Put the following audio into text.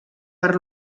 per